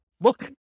look